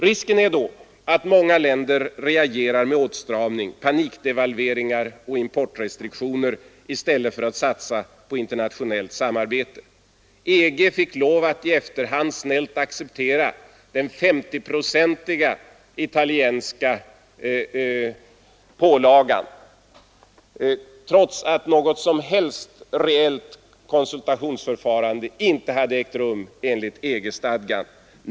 Risken är då att många länder reagerar med åtstramning, panikdevalveringar och importrestriktioner i stället för att satsa på internationellt samarbete. EG fick lov att i efterhand snällt acceptera den 50-procentiga italienska pålagan, trots att något konsultationsförfarande enligt EG-stadgan inte hade ägt rum.